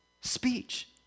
speech